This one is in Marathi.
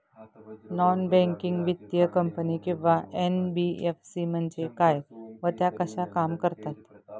नॉन बँकिंग वित्तीय कंपनी किंवा एन.बी.एफ.सी म्हणजे काय व त्या कशा काम करतात?